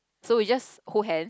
so we just hold hand